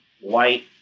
white